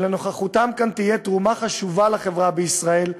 שלנוכחותם כאן תהיה תרומה חשובה לחברה בישראל,